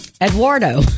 Eduardo